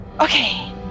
Okay